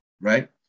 right